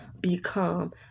become